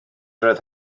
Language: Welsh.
roedd